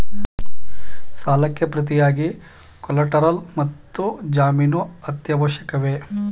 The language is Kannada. ಸಾಲಕ್ಕೆ ಪ್ರತಿಯಾಗಿ ಕೊಲ್ಯಾಟರಲ್ ಮತ್ತು ಜಾಮೀನು ಅತ್ಯವಶ್ಯಕವೇ?